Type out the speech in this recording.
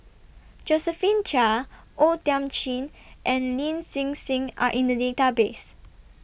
Josephine Chia O Thiam Chin and Lin Hsin Hsin Are in The Database